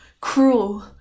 Cruel